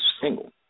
single